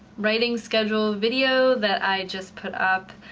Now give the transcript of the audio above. writing schedule video that i just put up.